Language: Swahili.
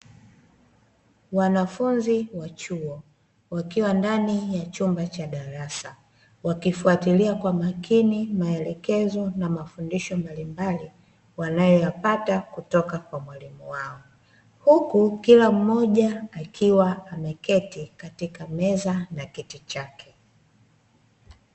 Wanafunzi wa chuo, wakiwa ndani ya chumba cha darasa, wakifuatilia kwa makini maelekezo na mafundisho mbalimbali wanayoyapata kutoka kwa mwalimu wao, huku kila mmoja akiwa ameketi katika meza na kiti chake.